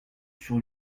sur